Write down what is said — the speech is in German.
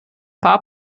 paar